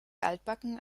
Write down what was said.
altbacken